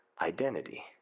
identity